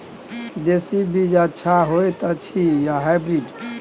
देसी बीज अच्छा होयत अछि या हाइब्रिड?